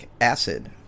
acid